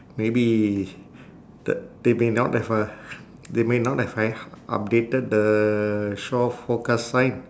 maybe the they may not have a they may not have updated the shore forecast sign